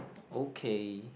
okay